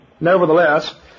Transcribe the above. Nevertheless